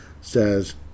says